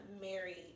married